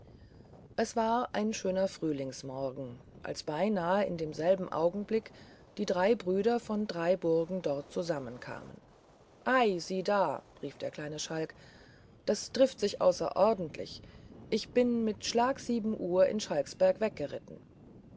es war ein schöner frühlingsmorgen als beinahe in demselben augenblick die drei brüder von drei burgen dort zusammenkamen ei sieh da rief der kleine schalk das trifft sich ordentlich ich bin mit schlag uhr in schalksberg weggeritten